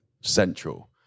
central